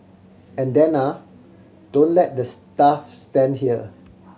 and then ah don't let the staff stand here